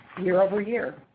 year-over-year